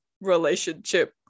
relationship